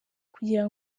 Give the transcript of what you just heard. kugira